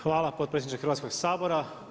Hvala potpredsjedniče Hrvatskog sabora.